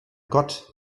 gott